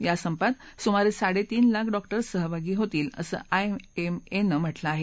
या संपात सुमारे साडे तीन लाख डॉक्र्ओ सहभागी होतील असं आयएमएने म्हाक्रिं आहे